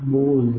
બોઝેSir J